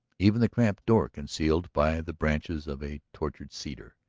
even the cramped door concealed by the branches of a tortured cedar.